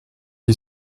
est